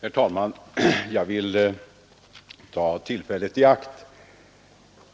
Herr talman! Jag vill ta tillfället i akt